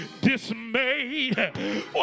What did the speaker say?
dismayed